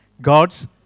God's